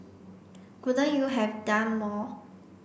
couldn't you have done more